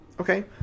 Okay